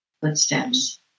footsteps